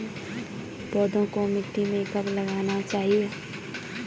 पौधों को मिट्टी में कब लगाना चाहिए?